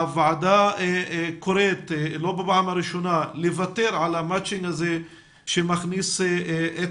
הוועדה קוראת לא בפעם הראשונה לוותר את המצ'ינג הזה שמכניס את